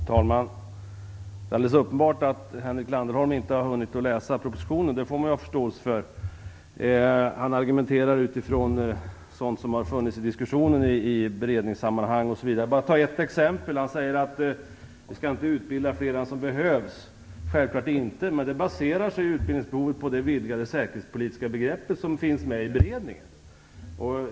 Fru talman! Det är alldeles uppenbart att Henrik Landerholm inte har hunnit att läsa propositionen. Det får man ha förståelse för. Han argumenterar utifrån sådant som har funnits i diskussionen i beredningssammanhang osv. Jag kan ta ett exempel. Henrik Landerholm säger att vi inte skall utbilda fler än vad som behövs. Det skall vi självfallet inte göra. Men utbildningsbehovet baserar sig på det vidgade säkerhetspolitiska begrepp som finns med i beredningen.